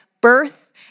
birth